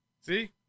See